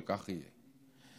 שכך יהיה.